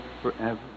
forever